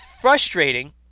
frustrating